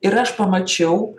ir aš pamačiau